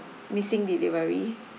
missing delivery